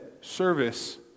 service